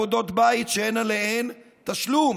בעבודות בית שאין עליהן תשלום,